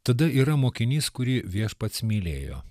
tada yra mokinys kurį viešpats mylėjo